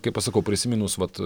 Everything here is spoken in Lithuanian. kai pasakau prisiminus vat